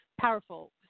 powerful